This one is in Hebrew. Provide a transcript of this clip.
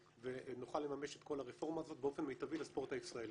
ונוכל לממש את כל הרפורמה הזאת באופן מיטבי לספורט הישראלי.